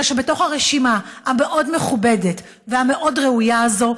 אלא שבתוך הרשימה המאוד-מכובדת והמאוד-ראויה הזאת